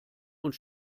und